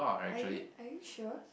are you are you sure